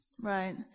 Right